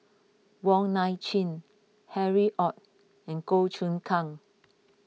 Wong Nai Chin Harry Ord and Goh Choon Kang